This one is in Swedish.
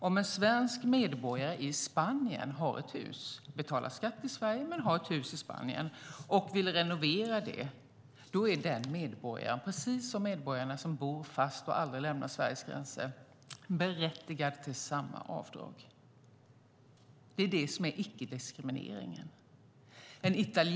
Om en svensk medborgare som betalar skatt i Sverige har ett hus i Spanien och vill renovera det huset är den medborgaren, precis som medborgarna som bor fast i Sverige och aldrig lämnar Sveriges gränser, berättigad till samma avdrag. Det är det som är icke-diskrimineringen.